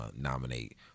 nominate